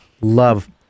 love